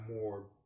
more